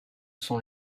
sont